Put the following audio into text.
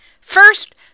First